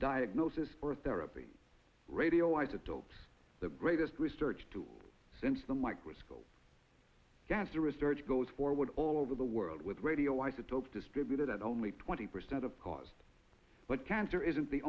diagnosis or therapy radioisotope the greatest research tool since the microscope gasser research goes forward all over the world with radio isotopes distributed at only twenty percent of cause but cancer isn't the